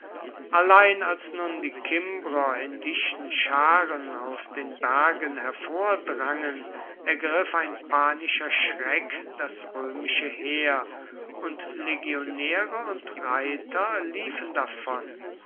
allein als nun die kimbrer in dichten scharen aus den bergen hervordrangen ergriff ein panischer schreck das römische heer und legionäre und reiter liefen davon